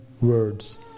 words